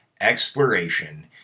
exploration